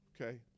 okay